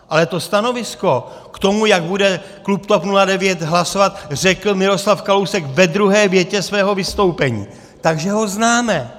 Ale to stanovisko k tomu, jak bude klub TOP 09 hlasovat, řekl Miroslav Kalousek ve druhé větě svého vystoupení, takže ho známe.